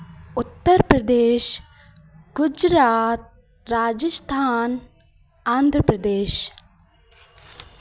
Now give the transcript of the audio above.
Uttar Pradesh Gujarat Rajasthan Andhra Pradesh